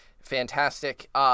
Fantastic